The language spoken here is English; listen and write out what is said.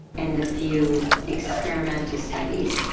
and the few experimental studies,